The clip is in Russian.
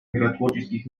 миротворческих